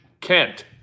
Kent